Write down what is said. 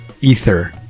ether